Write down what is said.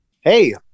Hey